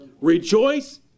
Rejoice